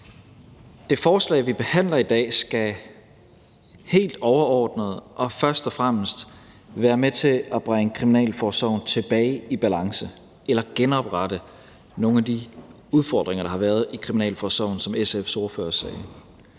Det forslag, vi behandler i dag, skal helt overordnet og først og fremmest være med til at bringe kriminalforsorgen tilbage i balance eller genoprette nogle af de udfordringer, der har været i kriminalforsorgen, som SF's ordfører også